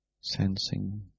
sensing